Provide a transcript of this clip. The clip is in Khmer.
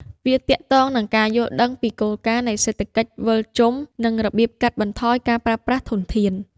វាទាក់ទងនឹងការយល់ដឹងពីគោលការណ៍នៃសេដ្ឋកិច្ចវិលជុំ និងរបៀបកាត់បន្ថយការប្រើប្រាស់ធនធាន។